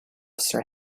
sir